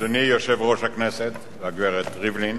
אדוני יושב-ראש הכנסת והגברת ריבלין,